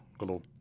little